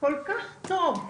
כל כך טוב,